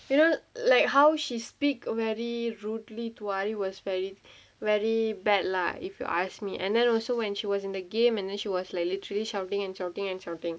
you know like how she speak very rudely to ali was very very bad lah if you ask me and then also when she was in the game and then she was like literally shouting and shouting and shouting